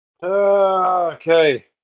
Okay